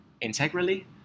integrally